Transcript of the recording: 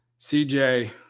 CJ